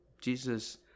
Jesus